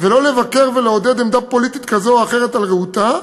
ולא לבכר ולעודד עמדה פוליטית כזו או אחרת על רעותה.